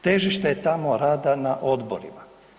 Težište je tamo rada na odborima.